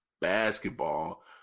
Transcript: basketball